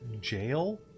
Jail